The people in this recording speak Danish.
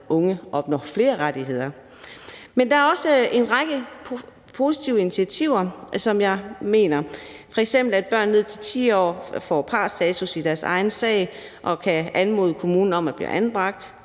den unge opnår flere rettigheder. Men jeg mener også der er en række positive initiativer, f.eks. at børn ned til 10 år får partsstatus i deres egen sag og kan anmode kommunen om at blive anbragt;